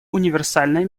универсальной